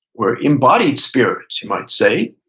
we're embodied spirits, you might say,